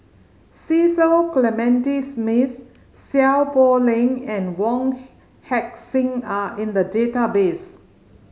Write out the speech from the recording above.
Cecil Clementi Smith Seow Poh Leng and Wong Heck Sing are in the database